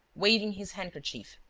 waving his handkerchief.